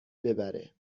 ببره